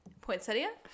Poinsettia